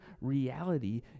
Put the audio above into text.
reality